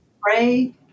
pray